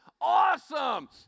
Awesome